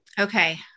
Okay